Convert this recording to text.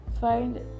find